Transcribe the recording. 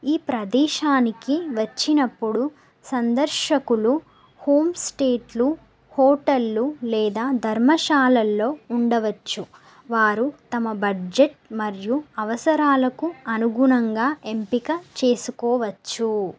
ఈ ప్రదేశానికి వచ్చినప్పుడు సందర్శకులు హోమ్ స్టేలు హోటళ్ళు లేదా ధర్మశాలల్లో ఉండవచ్చు వారు తమ బడ్జెట్ మరియు అవసరాలకు అనుగుణంగా ఎంపిక చేసుకోవచ్చు